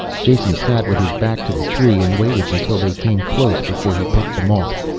jason sat with his back to the tree and waited until they came close before he picked them off.